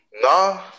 No